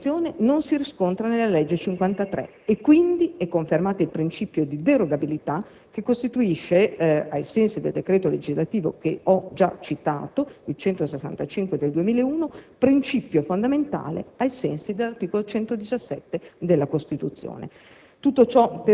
Questa condizione non si riscontra nella legge n. 53 e quindi è confermato il principio di derogabilità, che costituisce, ai sensi del decreto legislativo n. 165 del 2001, "principio fondamentale ai sensi dell'articolo 117 della Costituzione".